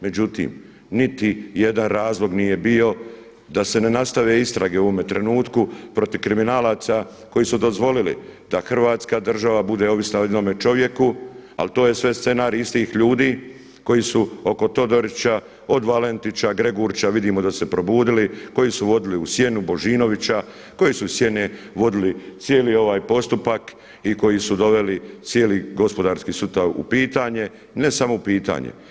Međutim, niti jedan razlog nije bio da se ne nastave istrage u ovome trenutku protiv kriminalaca koji su dozvolili da Hrvatska država bude ovisna o jednome čovjeku, ali to je sve scenarij istih ljudi koji su oko Todorića, od Valentića, Gregurića, vidimo da su se probudili, koji su vodili u sjenu Božinovića, koji su iz sjene vodili cijeli ovaj postupak i koji su doveli cijeli gospodarski sustav u pitanje, ne samo u pitanje.